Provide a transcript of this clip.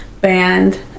band